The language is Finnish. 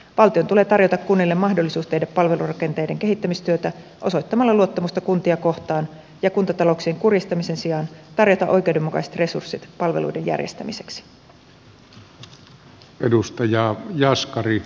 valtion tulee tarjota kunnille mahdollisuus tehdä palvelurakenteiden kehittämistyötä osoittamalla luottamusta kuntia kohtaan ja kuntatalouksien kuristamisen sijaan tarjota oikeudenmukaiset resurssit palveluiden järjestämiseksi